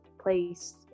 place